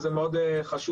זה מאוד חשוב.